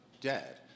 dead